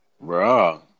bro